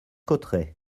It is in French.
cotterêts